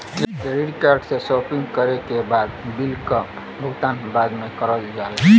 credit card से shopping करे के बाद बिल क भुगतान बाद में करल जाला